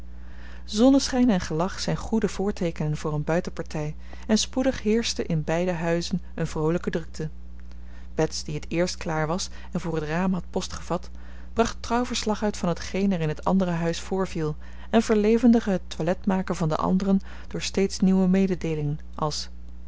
zonneschijn en gelach zijn goede voorteekenen voor een buitenpartij en spoedig heerschte in beide huizen een vroolijke drukte bets die het eerst klaar was en voor het raam had post gevat bracht trouw verslag uit van hetgeen er in het andere huis voorviel en verlevendigde het toiletmaken van de anderen door steeds nieuwe mededeelingen als